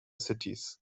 cities